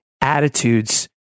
attitudes